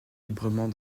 librement